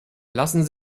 lassen